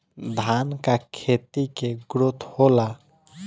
धान का खेती के ग्रोथ होला?